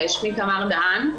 שמי תמר דהאן,